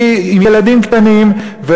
עם ילדים קטנים,